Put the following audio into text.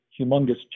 humongous